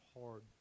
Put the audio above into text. hard